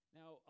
now